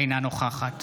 אינה נוכחת